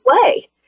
play